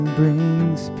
brings